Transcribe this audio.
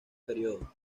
periodo